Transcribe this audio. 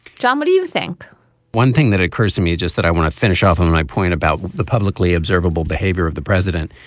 john what do you think one thing that occurs to me just that i want to finish off on my point about the publicly observable behavior of the president.